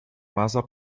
massa